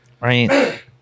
Right